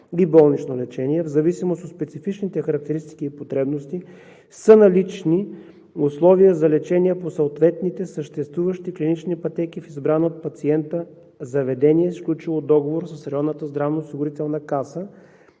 и болнично лечение, в зависимост от специфичните характеристики и потребности са налични условия за лечение по съответните съществуващи клинични пътеки в избрано от пациента заведение, сключило договор с районната здравноосигурителна каса,